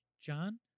John